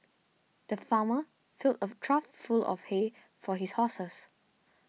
the farmer filled a trough full of hay for his horses